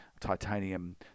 titanium